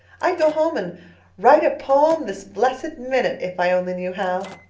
i'd go home and write a poem this blessed minute if i only knew how,